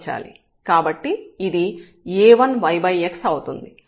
కాబట్టి ఇది a1yx అవుతుంది